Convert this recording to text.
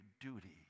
duty